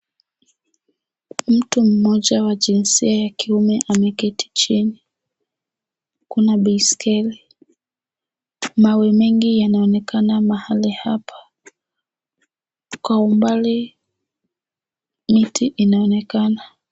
Mtu mmoja wa jinsia ya kiume ameketi chini. Kuna baiskeli . Mawe mengi yanaonekana mahali hapa. Kwa umbali mti unaonekana.